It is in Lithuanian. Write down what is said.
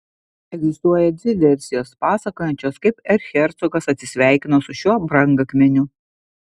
egzistuoja dvi versijos pasakojančios kaip erchercogas atsisveikino su šiuo brangakmeniu